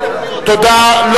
תודה.